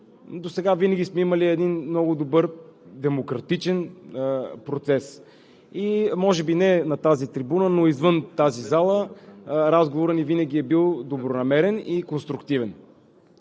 досега винаги сме имали един много добър демократичен процес. И, може би, не на тази трибуна, но извън залата разговорът ни винаги е бил добронамерен и конструктивен.